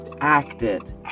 acted